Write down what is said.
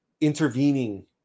intervening